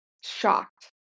shocked